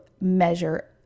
measure